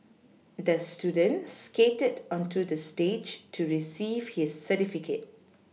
the student skated onto the stage to receive his certificate